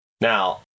Now